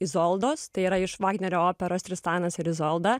izoldos tai yra iš vagnerio operos tristanas ir izolda